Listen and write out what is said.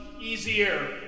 easier